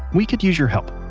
we could use your help.